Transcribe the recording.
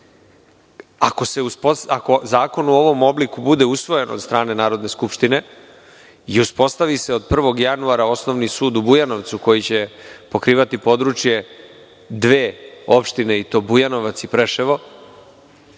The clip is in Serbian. Ako zakon u ovom obliku bude usvojen od strane Narodne skupštine i uspostavi se od 01. januara Osnovni sud u Bujanovcu koji će pokrivati područje dve opštine i to Bujanovac i Preševo,